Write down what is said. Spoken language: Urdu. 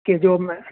کہ جو